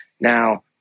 Now